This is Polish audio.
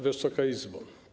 Wysoka Izbo!